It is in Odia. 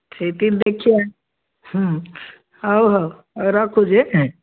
ସେଇଠି ଦେଖିବା ହଉ ହଉ ରଖୁଛି ହେଁ